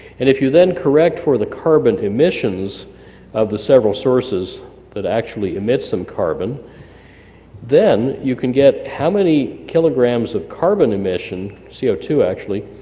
and if you then correct for the carbon emissions of the several sources that actually emit some carbon then you can get how many kilograms of carbon emission, c o two, actually,